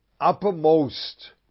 uppermost